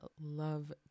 love